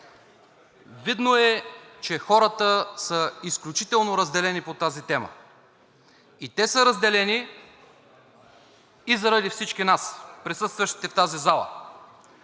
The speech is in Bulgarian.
Видно е, че хората са изключително разделени по тази тема. Те са разделени и заради всички нас, присъстващите в тази зала,